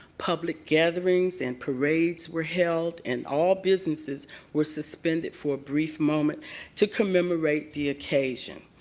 public gatherings and parades were held and all businesses were suspended for brief moment to commemorate the occasion.